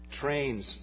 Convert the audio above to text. trains